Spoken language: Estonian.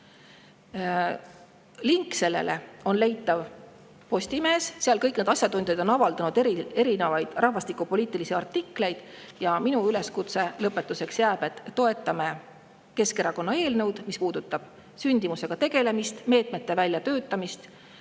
Link sellele on leitav Postimehes, kõik need asjatundjad on avaldanud erinevaid rahvastikupoliitilisi artikleid. Ja minu üleskutse lõpetuseks jääb, et toetame Keskerakonna eelnõu, mis puudutab sündimusega tegelemist, meetmete väljatöötamist.